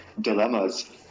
dilemmas